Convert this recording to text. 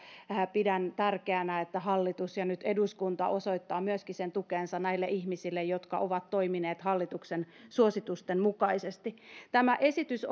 pidän tärkeänä että hallitus ja nyt eduskunta myöskin osoittaa sen tukensa näille ihmisille jotka ovat toimineet hallituksen suositusten mukaisesti tämä esitys